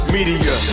Media